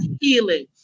healing